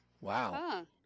Wow